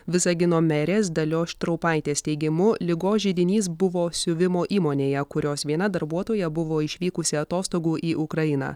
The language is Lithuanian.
visagino merės dalios štraupaitės teigimu ligos židinys buvo siuvimo įmonėje kurios viena darbuotoja buvo išvykusi atostogų į ukrainą